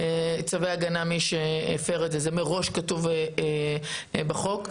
זה מראש כתוב בחוק.